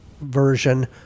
version